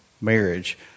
marriage